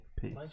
peace